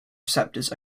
receptors